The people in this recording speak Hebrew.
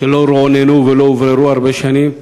רועננו ולא הובהרו הרבה שנים.